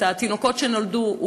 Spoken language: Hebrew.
את התינוקות שנולדו,